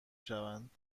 شوند